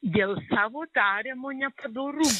dėl savo tariamo nepadorumo